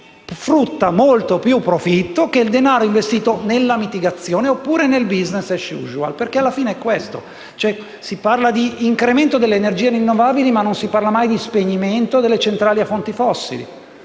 frutta molto più profitto del denaro investito nella mitigazione o nel *business as usual*. Perché, alla fine, si parla di incremento delle energie rinnovabili ma mai di spegnimento delle centrali a fonti fossili;